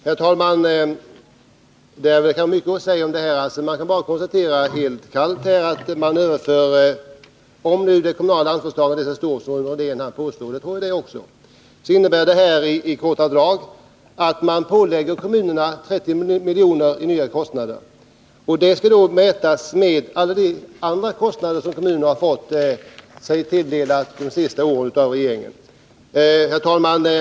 Herr talman! Det finns mycket att säga om detta, men om nu det kommunala ansvarstagandet är så stort som Rune Rydén säger — och det tror jag att det är — kan man bara helt kallt konstatera att detta i korta drag innebär att 30 miljoner i ökade kostnader läggs på kommunerna. Till detta kommer alltså alla andra kostnader som regeringen lagt på kommunerna under de senaste åren. Herr talman!